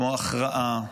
כמו "הכרעה",